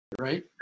right